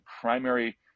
primary